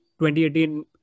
2018